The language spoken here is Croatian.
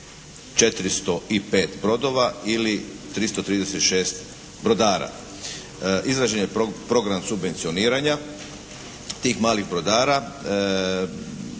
405 brodova ili 336 brodara. Izrađen je program subvencioniranja tih malih brodara.